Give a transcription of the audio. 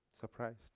Surprised